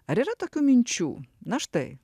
ar yra tokių minčių na štai